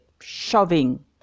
Shoving